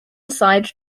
side